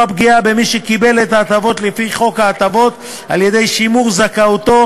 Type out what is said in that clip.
פגיעה במי שקיבל את ההטבות לפי חוק ההטבות על-ידי שימור זכאותו,